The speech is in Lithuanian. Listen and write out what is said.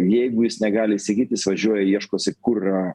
jeigu jis negali įsigyt jis važiuoja ieškosi kur yra